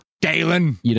Dalen